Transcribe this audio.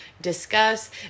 discuss